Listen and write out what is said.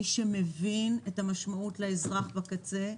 מי שמבין את המשמעות לאזרח בקצה,